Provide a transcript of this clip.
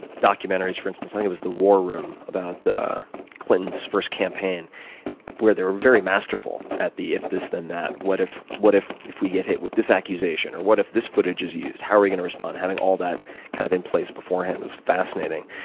documentaries, for instance i think it was the war room, about clinton's first campaign where they were very masterful at the if this, then that. what if what if we get hit with this accusation? or what if this footage is used? how are we going to respond? having all that kind of in place beforehand was fascinating.